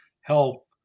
help